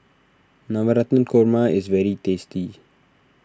Navratan Korma is very tasty